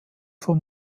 von